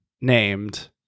named